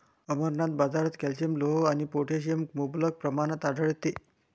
अमरनाथ, बाजारात कॅल्शियम, लोह आणि पोटॅशियम मुबलक प्रमाणात आढळते